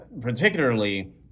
particularly